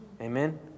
Amen